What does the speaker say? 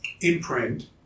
imprint